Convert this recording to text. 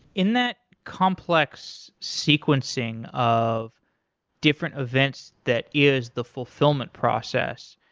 in that complex sequencing of different events that is the fulfillment process,